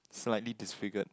slightly disfigured